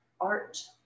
art